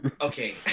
Okay